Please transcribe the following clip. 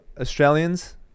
Australians